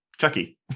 Chucky